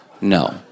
no